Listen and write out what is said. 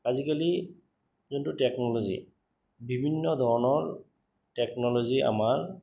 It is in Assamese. আজিকালি যোনটো টেকন'লজি বিভিন্ন ধৰণৰ টেকন'লজি আমাৰ